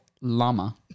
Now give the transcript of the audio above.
llama